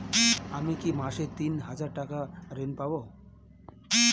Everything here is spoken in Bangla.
আমি কি মাসে তিন হাজার টাকার ঋণ পাবো?